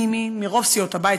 מרוב סיעות הבית,